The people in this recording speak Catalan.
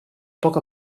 poc